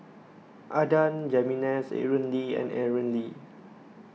Adan Jimenez Aaron Lee and Aaron Lee